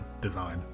Design